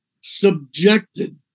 subjected